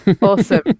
Awesome